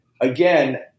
again